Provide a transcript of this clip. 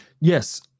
Yes